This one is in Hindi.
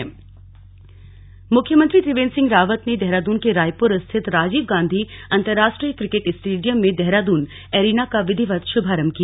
श्भारम्भ मुख्यमंत्री त्रिवेन्द्र सिंह रावत ने देहरादून के रायपुर स्थित राजीव गांधी अन्तर्राष्ट्रीय किकेट स्टेडियम में देहरादून एरिना का विधिवत शुभारम्भ किया